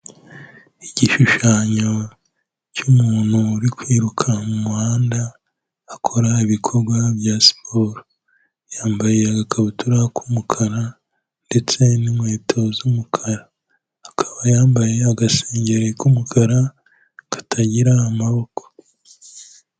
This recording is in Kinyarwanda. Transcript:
Igishushanyo cy'umuntu uri kwiruka mu muhanda akora ibikorwa bya siporo, yambaye agakabutura k'umukara ndetse n'inkweto z'umukara, akaba yambaye agasengeri k'umukara katagira amaboko.